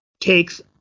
takes